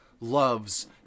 loves